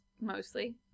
mostly